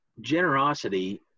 Generosity